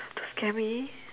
can we